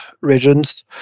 regions